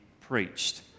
preached